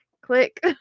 click